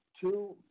two